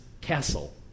castle